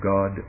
God